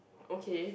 okay